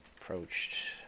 approached